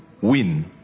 win